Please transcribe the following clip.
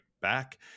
back